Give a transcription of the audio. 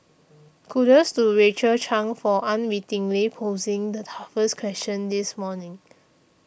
kudos to Rachel Chang for unwittingly posing the toughest question this morning